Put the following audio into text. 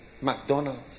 McDonald's